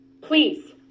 Please